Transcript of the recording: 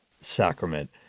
sacrament